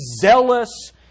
zealous